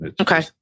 Okay